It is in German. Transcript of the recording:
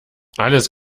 alles